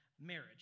marriage